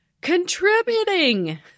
contributing